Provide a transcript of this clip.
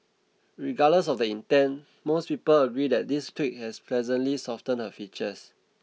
regardless of the intent most people agree that this tweak has pleasantly softened her features